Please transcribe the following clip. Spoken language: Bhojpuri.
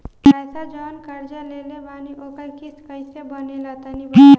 पैसा जऊन कर्जा लेले बानी ओकर किश्त कइसे बनेला तनी बताव?